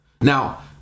now